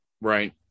Right